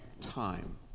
time